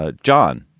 ah john,